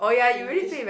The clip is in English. Singlish